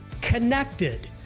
connected